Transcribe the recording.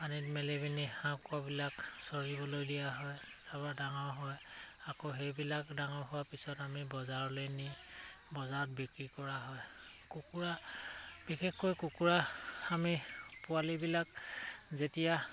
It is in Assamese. পানীত মেলি পিনি হাঁহ কুকুৰাবিলাক চৰিবলৈ দিয়া হয় তাৰপা ডাঙৰ হয় আকৌ সেইবিলাক ডাঙৰ হোৱাৰ পিছত আমি বজাৰলে নি বজাৰত বিক্ৰী কৰা হয় কুকুৰা বিশেষকৈ কুকুৰা আমি পোৱালিবিলাক যেতিয়া